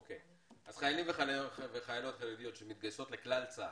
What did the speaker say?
אוקיי, אז חיילים וחיילות שמתגייסות לכלל צה"ל,